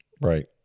Right